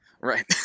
Right